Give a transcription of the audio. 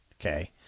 Okay